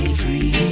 free